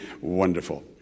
wonderful